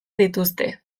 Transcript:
dituzte